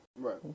right